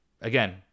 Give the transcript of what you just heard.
again